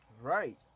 Right